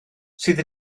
sydd